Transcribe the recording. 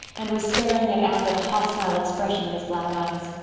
and was staring at anne with a hostile expression in his black eyes.